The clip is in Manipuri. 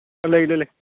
ꯂꯩ ꯂꯩ